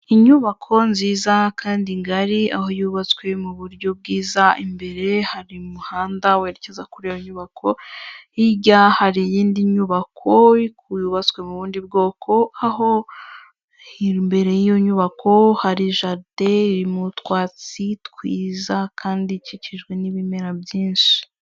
Inyubako nziza kandi ngari, aho yubatswe mu buryo bwiza. Imbere hari umuhanda werekeza kuri iyo nyubako, hirya hari iyindi nyubako yubatswe mu bundi bwoko. Aho imbere y'iyo nyubako hari jalide irimo utwatsi twiza kandi ikikijwe n'ibimera byinshi.